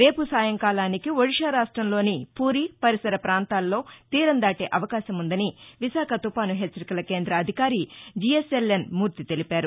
రేపు సాయంకాలానికి ఒడిషా రాష్టంలోని పూరీ పరిసర పాంతాల్లో తీరందాటే అవకాశముందని విశాఖ తుఫాను హెచ్చరికల కేంద్ర అధికారి జీఎస్ఎల్ఎస్ మూర్తి తెలిపారు